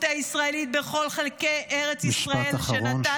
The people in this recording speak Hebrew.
הישראלית בכל חלקי ארץ ישראל -- משפט אחרון,